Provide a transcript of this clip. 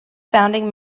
founding